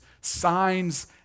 signs